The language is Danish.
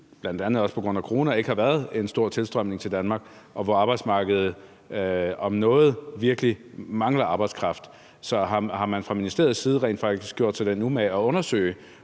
bl.a. også på grund af corona, ikke har været en stor tilstrømning til Danmark, og hvor arbejdsmarkedet om noget virkelig mangler arbejdskraft. Så har man fra ministeriets side rent faktisk gjort sig den umage at undersøge,